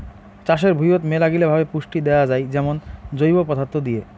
চাষের ভুঁইয়ত মেলাগিলা ভাবে পুষ্টি দেয়া যাই যেমন জৈব পদার্থ দিয়ে